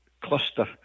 cluster